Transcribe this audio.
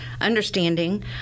understanding